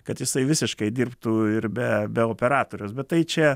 kad jisai visiškai dirbtų ir be be operatoriaus bet tai čia